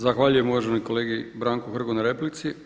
Zahvaljujem uvaženom kolegi Branku Hrgu na replici.